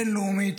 בין-לאומית,